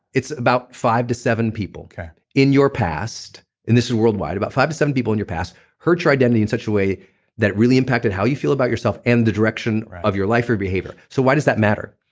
it's about five to seven people in your past, and this is worldwide about five to seven people in your past hurt your identity in such a way that it really impacted how you feel about yourself and the direction of your life or your behavior. so why does that matter?